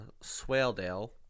Swaledale